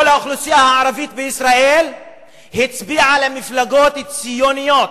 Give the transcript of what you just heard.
כל האוכלוסייה הערבית בישראל הצביעה למפלגות ציוניות,